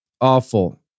Awful